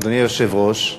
אדוני היושב-ראש,